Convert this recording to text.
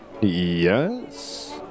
Yes